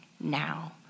now